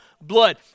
blood